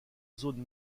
zone